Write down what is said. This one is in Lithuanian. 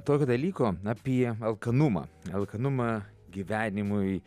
tokio dalyko apie alkanumą alkanumą gyvenimui